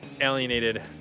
alienated